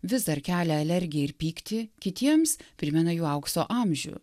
vis dar kelia alergiją ir pyktį kitiems primena jų aukso amžių